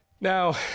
Now